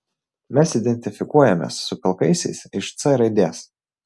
mes identifikuojamės su pilkaisiais iš c raidės